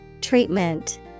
Treatment